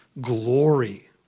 glory